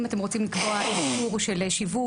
אם אתם רוצים לקבוע איסור של שיווק,